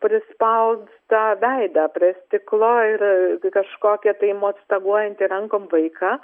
prispaustą veidą prie stiklo ir kažkokį tai mostaguojanti rankom vaiką